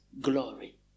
glory